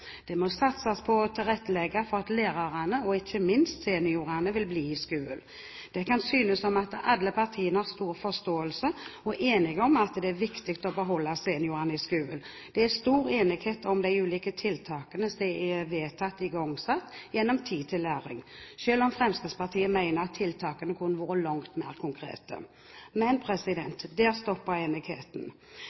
Det må satses på å tilrettelegge for at lærerne og ikke minst seniorene vil bli i skolen. Det kan synes som om alle partiene har stor forståelse for og er enige om at det er viktig å beholde seniorene i skolen. Det er stor enighet om de ulike tiltakene som er vedtatt igangsatt gjennom meldingen Tid til læring, selv om Fremskrittspartiet mener at tiltakene burde vært langt mer konkrete. Men der stopper enigheten. Det